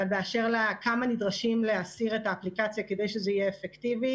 אבל באשר לכמה נדרשים להוריד את האפליקציה כדי שזה יהיה אפקטיבי,